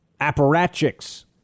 apparatchiks